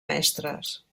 mestres